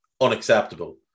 unacceptable